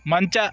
ಮಂಚ